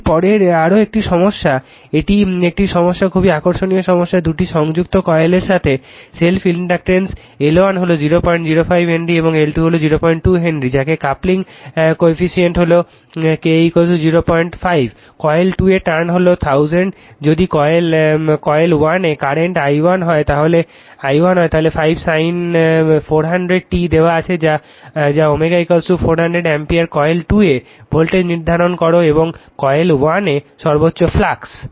এর পরের এটি আরেকটি সমস্যা এটি এই সমস্যাটি খুব আকর্ষণীয় সমস্যা 2টি সংযুক্ত কয়েলের সাথে সেলফ ইনডাকটেন্স L1 হল 005 হেনরি এবং L2 02 হেনরি যাদের কাপলিং কোএফিসিএন্ট হলো K 05 কয়েল 2 এর টার্ণ হলো 1000 যদি কয়েল 1 এ কারেন্ট i1 হয় তাহলে 5 sin 400 t দেওয়া হয় যা ω 400 অ্যাম্পিয়ার কয়েল 2 এ ভোল্টেজ নির্ধারণ করে এবং কয়েল 1 এর সর্বোচ্চ ফ্লাক্স